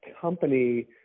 company